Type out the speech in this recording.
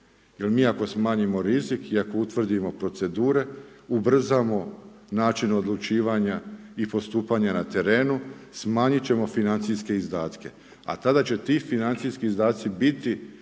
Jel mi ako smanjimo rizik i ako utvrdimo procedure, ubrzamo način odlučivanja i postupanja na terenu, smanjit ćemo financijske izdatke, a tada će ti financijski izdaci